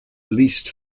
least